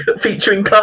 Featuring